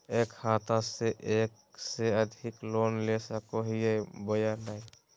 एक खाता से एक से अधिक लोन ले सको हियय बोया नय?